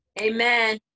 amen